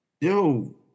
Yo